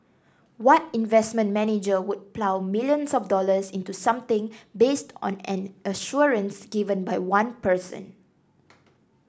what investment manager would plough millions of dollars into something based on an assurance given by one person